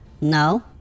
no